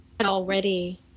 already